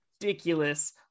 ridiculous